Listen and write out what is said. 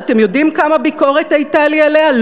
שאתם יודעים כמה ביקורת הייתה לי עליה,